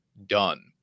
done